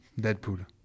Deadpool